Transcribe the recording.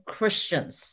Christians